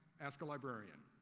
ask a librarian.